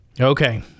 Okay